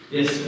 Yes